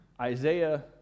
Isaiah